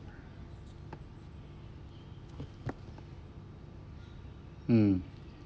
mm